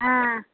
आँ